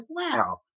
wow